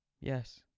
Yes